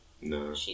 No